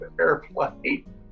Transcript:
airplane